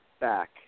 back